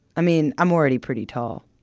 i mean, i am already pretty tall.